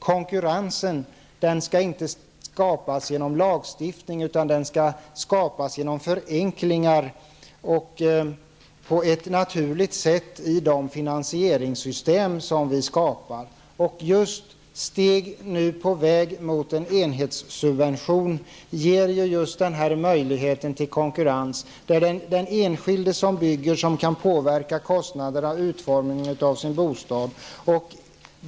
Konkurrens skall inte skapas genom lagstiftning, utan genom förenklingar på ett naturligt sätt i de finansieringssystem som vi bygger upp. Att man nu närmar sig en enhetssubvention ger ju möjlighet till konkurrens, där den enskilde som bygger sin bostad kan påverka kostnaderna och utformningen av bostaden.